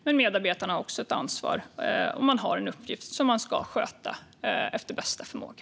Men medarbetarna har också ett ansvar och en uppgift att sköta efter bästa förmåga.